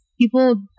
people